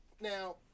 Now